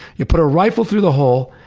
you put a rifle through the hole,